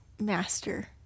master